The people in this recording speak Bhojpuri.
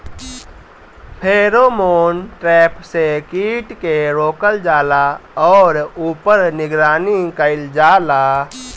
फेरोमोन ट्रैप से कीट के रोकल जाला और ऊपर निगरानी कइल जाला?